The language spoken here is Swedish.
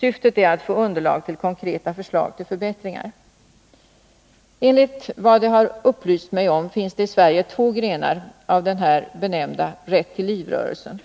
Syftet är att få underlag till konkreta förslag till förbättringar. Enligt vad det har upplysts mig finns det i Sverige två grenar av den här benämnda Rätt till liv-rörelsen,